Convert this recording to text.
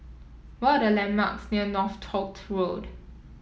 what are the landmarks near Northolt Road